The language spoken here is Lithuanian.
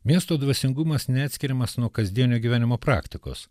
miestų dvasingumas neatskiriamas nuo kasdienio gyvenimo praktikos